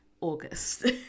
august